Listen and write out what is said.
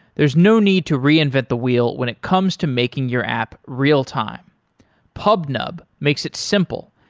there is no need to reinvent the wheel when it comes to making your app real-time pubnub makes it simple,